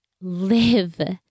live